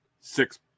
six